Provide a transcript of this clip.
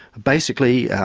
basically,